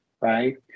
right